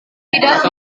tidak